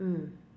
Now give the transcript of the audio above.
mm